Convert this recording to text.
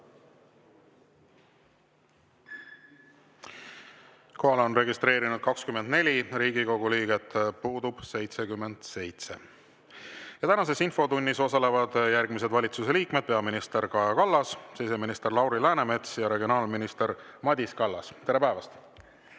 on registreerunud 24 Riigikogu liiget, puudub 77. Tänases infotunnis osalevad järgmised valitsuse liikmed: peaminister Kaja Kallas, siseminister Lauri Läänemets ja regionaalminister Madis Kallas. Tere päevast!